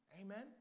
Amen